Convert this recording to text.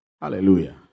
Hallelujah